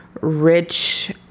rich